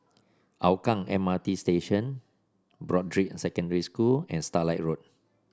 Hougang M R T Station Broadrick Secondary School and Starlight Road